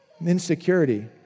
Insecurity